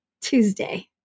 Tuesday